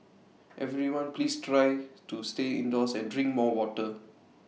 everyone please try to stay indoors and drink more water